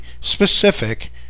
specific